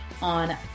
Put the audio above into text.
on